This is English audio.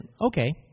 okay